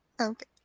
Okay